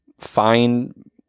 find